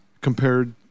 compared